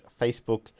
Facebook